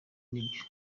nibyo